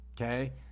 Okay